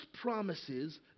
promises